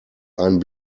einen